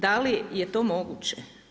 Da li je to moguće?